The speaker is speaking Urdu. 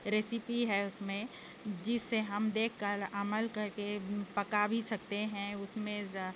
ریسیپی ہے اس میں جس سے ہم دیکھ کر عمل کر کے پکا بھی سکتے ہیں اس میں ذا